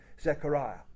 Zechariah